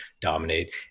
dominate